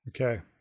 Okay